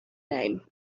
name